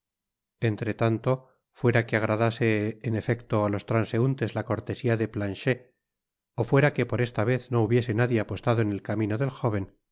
tanto fuera que agradase en efecto á los transeuntes la cortesia de planchet ó fuera qne por esta vez no hubiese nadie apostado en el camino del jóven